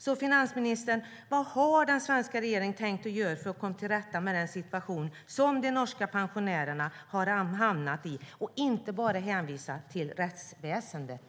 Så, finansministern, vad har den svenska regeringen tänkt göra för att komma till rätta med den situation som de norska pensionärerna har hamnat i och inte bara hänvisa till rättsväsendet?